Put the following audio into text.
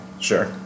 Sure